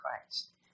Christ